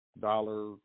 dollar